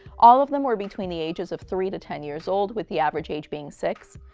all of them were between the ages of three to ten years old, with the average age being six.